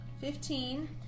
Fifteen